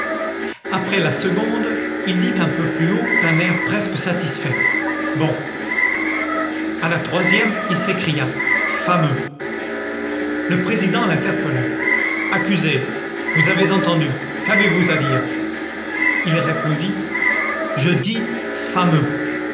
après la seconde il dit un peu plus haut d'un air presque satisfait bon à la troisième il s'écria fameux le président l'interpella accusé vous avez entendu qu'avez-vous à dire il répondit je dis fameux